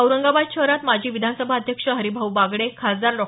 औरंगाबाद शहरात माजी विधानसभा अध्यक्ष हरिभाऊ बागडे खासदार डॉ